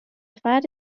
فرد